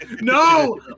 no